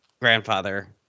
Grandfather